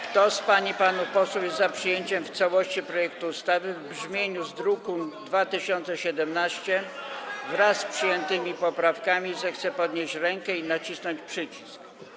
Kto z pań i panów posłów jest za przyjęciem w całości projektu ustawy w brzmieniu z druku nr 2017, wraz z przyjętymi poprawkami, zechce podnieść rękę i nacisnąć przycisk.